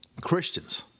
Christians